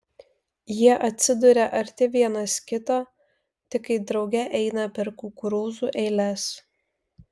jie atsiduria arti vienas kito tik kai drauge eina per kukurūzų eiles